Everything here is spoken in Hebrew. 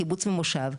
קיבוץ או מושב.